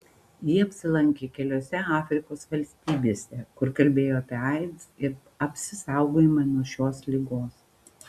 ji apsilankė keliose afrikos valstybėse kur kalbėjo apie aids ir apsisaugojimą nuo šios ligos